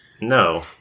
No